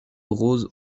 roses